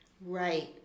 Right